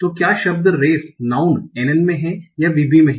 तो क्या शब्द रेस नाऊन NN में हैं या VB में है